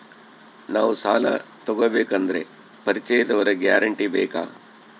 ನಾವು ಸಾಲ ತೋಗಬೇಕು ಅಂದರೆ ಪರಿಚಯದವರ ಗ್ಯಾರಂಟಿ ಬೇಕಾ?